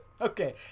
Okay